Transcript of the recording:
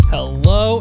Hello